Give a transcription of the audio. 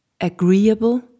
agreeable